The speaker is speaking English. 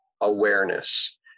awareness